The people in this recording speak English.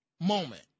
Moment